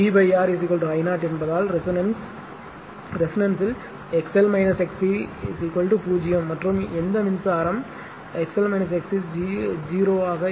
V R I 0 என்பதால் ரெசோனன்ஸ்ல் XL XC 0 மற்றும் எந்த மின்சாரம் XL XC 0 ஆக இருக்கும்